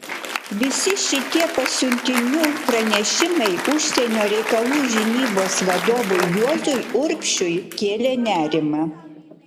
visi šitie pasiuntinių pranešimai užsienio reikalų žinybos vadovui juozui urbšiui kėlė nerimą